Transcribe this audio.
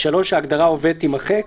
(3)ההגדרה "עובד" ־ תימחק.